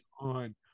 on